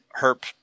herp